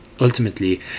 Ultimately